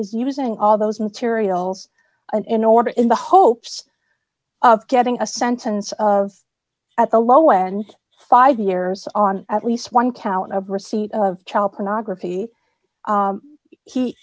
was using all those materials in order in the hopes of getting a sentence of at the low end five years on at least one count of receipt of child pornography